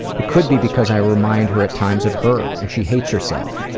it could be because i remind her at times of her, and she hates herself.